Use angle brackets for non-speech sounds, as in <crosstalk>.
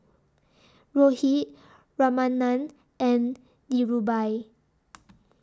Rohit Ramanand and Dhirubhai <noise>